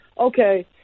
okay